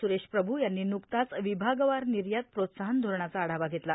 सुरेश प्रभू यांनी ब्रुकताच विभागवार निर्यात प्रोत्साहन धोरणाचा आढावा घेतला